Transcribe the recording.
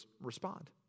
respond